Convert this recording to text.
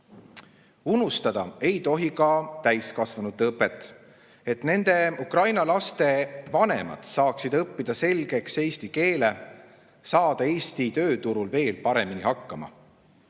Unustada ei tohi ka täiskasvanute õpet, et nende Ukraina laste vanemad saaksid õppida selgeks eesti keele, saada Eesti tööturul veel paremini hakkama.